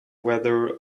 weather